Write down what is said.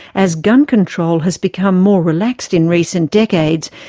as gun control has become more relaxed in recent decades,